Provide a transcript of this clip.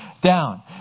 down